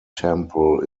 temple